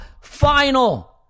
final